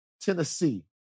Tennessee